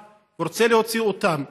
אתמול בערב השתתפתי בכנס הזדהות איתם,